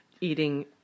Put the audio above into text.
Eating